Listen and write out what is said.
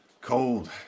Cold